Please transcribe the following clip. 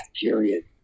period